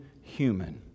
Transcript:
human